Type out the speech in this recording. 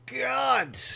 God